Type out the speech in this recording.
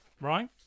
Right